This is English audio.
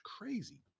crazy